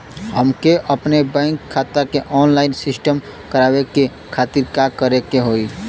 हमके अपने बैंक खाता के ऑनलाइन सिस्टम करवावे के खातिर का करे के होई?